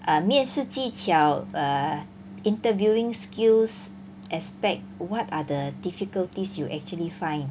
err 面试技巧 err interviewing skills aspect what are the difficulties you actually find